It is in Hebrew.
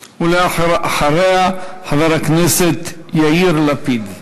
ולאחריה, חבר הכנסת יאיר לפיד.